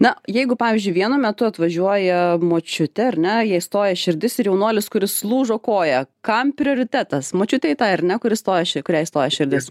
na jeigu pavyzdžiui vienu metu atvažiuoja močiutė ar ne jai stoja širdis ir jaunuolis kuris lūžo koja kam prioritetas močiutei tai ar ne kuri stoja kuriai stoja širdis